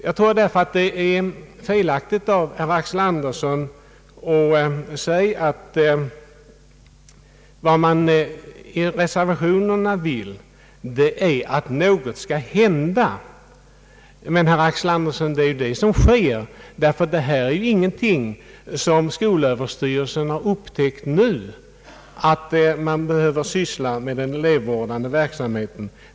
Jag tror därför att det är felaktigt av herr Axel Andersson att säga att vad man i reservationerna vill är att något skall hända. Men, herr Axel Andersson, detta är ingenting som skolöverstyrelsen har upptäckt nu. Man är redan i gång med den elevvårdande verksamheten.